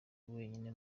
wenyine